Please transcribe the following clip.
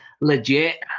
legit